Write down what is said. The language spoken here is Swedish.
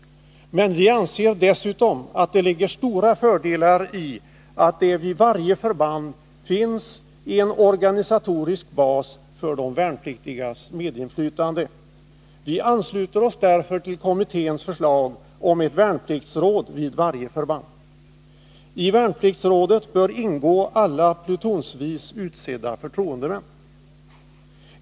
Vi anser dessutom att det ligger stora fördelar i att det vid varje förband finns en organisatorisk bas för de värnpliktigas medinflytande. Vi ansluter oss därför till kommitténs förslag om ett värnpliktsråd vid varje förband. I värnpliktsrådet bör ingå alla plutonsvis utsedda förtroendemän.